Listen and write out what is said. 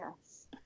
Yes